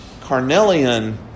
carnelian